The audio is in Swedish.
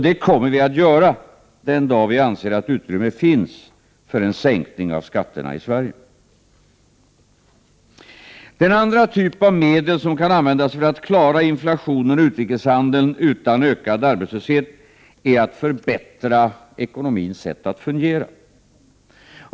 Det kommer vi att göra den dag vi anser att utrymme finns för en sänkning av skatterna i Sverige. Den andra typ av medel som kan användas för att klara inflationen och utrikeshandeln utan ökad arbetslöshet är att förbättra ekonomins sätt att fungera.